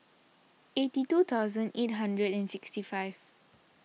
eighty two thousand eight hundred and sixty five